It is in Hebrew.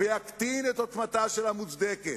ויקטין את עוצמתה של ה"מוצדקת".